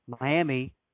Miami